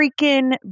freaking